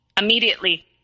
Immediately